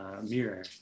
mirror